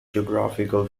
geographical